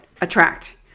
attract